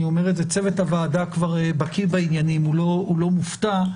צוות הוועדה כבר בקיא בעניינים, הוא לא מופתע,